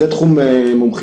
זה תחום מומחיותו.